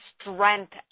strength